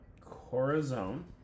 Corazon